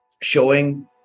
showing